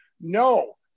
No